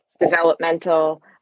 developmental